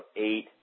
eight